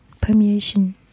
permeation